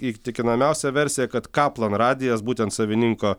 įtikinamiausia versija kad kaplan radijas būtent savininko